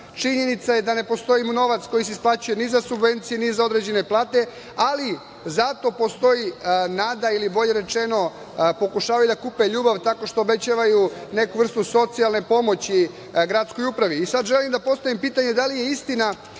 činjenica je da ne postoji novac koji se isplaćuje ni za subvencije, ni za određene plate, ali zato postoji nada ili bolje rečeno pokušavaju da kupe ljubav tako što obećavaju neku vrstu socijalne pomoći gradskoj upravi. Sad želim da postavim pitanje – da li je istina